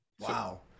Wow